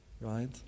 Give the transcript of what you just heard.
Right